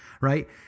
right